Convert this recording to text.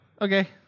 Okay